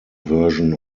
version